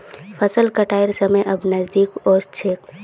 फसल कटाइर समय अब नजदीक ओस छोक